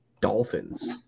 Dolphins